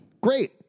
Great